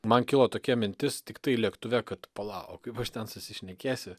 man kilo tokia mintis tiktai lėktuve kad pala o kaip aš ten susišnekėsiu